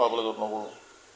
খুৱাবলৈ যত্ন কৰোঁ